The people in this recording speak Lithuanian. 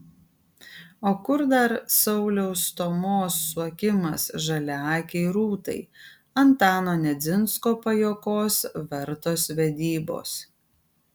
o kur dar sauliaus stomos suokimas žaliaakei rūtai antano nedzinsko pajuokos vertos vedybos